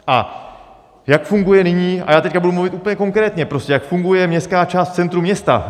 A jak funguje nyní a já teď budu mluvit úplně konkrétně jak funguje městská část v centru města.